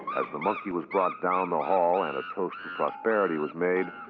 the monkey was brought down the hall and a toast to prosperity was made,